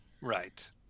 right